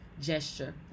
gesture